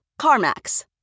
CarMax